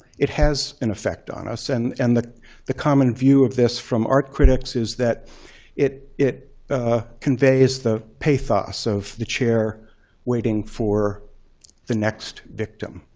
it has an effect on us. and and the the common view of this from art critics is that it it ah conveys the pathos of the chair waiting for the next victim.